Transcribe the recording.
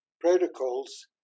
protocols